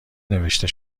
نوشته